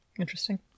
Interesting